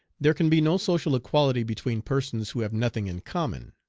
there can be no social equality between persons who have nothing in common.